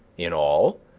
in all.